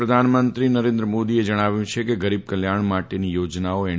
ભાજપ નેતા અને પ્રધાનમંત્રી નરેન્દ્ર મોદીએ જણાવ્યું છે કે ગરીબ કલ્યાણ માટેની યોજનાઓ એન